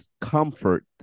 comfort